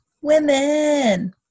Women